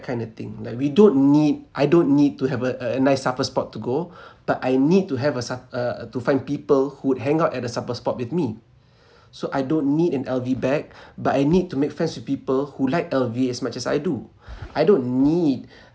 kind of thing like we don't need I don't need to have a a nice supper spot to go but I need to have a sup~ uh to find people who'd hang out at the supper spot with me so I don't need an L_V bag but I need to make friends with people who like L_V as much as I do I don't need